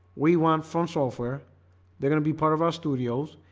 we want from software they're gonna be part of our studios.